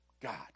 God